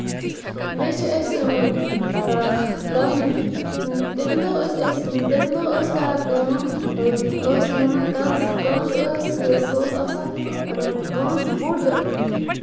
بیٚیہِ چھِ أسۍ اۭں دانہِ تَمہِ دۄہ ٲسۍ أسۍ تَمہِ دۄہ ٲسۍ کران کٲم ٲسۍ مانو کَنٛز کَنٛز ٲسۍ سُہ اوس آسان کَنٛز بوٚڑ